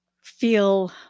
feel